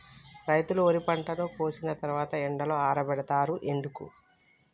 రైతులు వరి పంటను కోసిన తర్వాత ఎండలో ఆరబెడుతరు ఎందుకు?